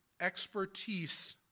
expertise